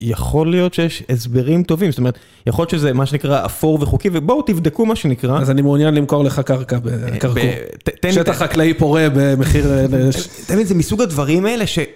יכול להיות שיש הסברים טובים, זאת אומרת, יכול להיות שזה מה שנקרא אפור וחוקי, ובואו תבדקו מה שנקרא. אז אני מעוניין למכור לך קרקע. תן, תן, שטח חקלאי פורה במחיר... תאמין, זה מסוג הדברים האלה ש...